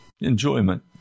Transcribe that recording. enjoyment